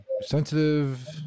sensitive